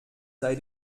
sei